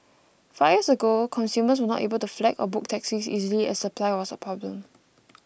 five years ago consumers were not able to flag or book taxis easily as supply was a problem